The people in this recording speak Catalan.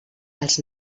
els